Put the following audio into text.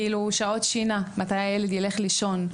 כמו למשל שעות שינה מתי הילד ילך לישון.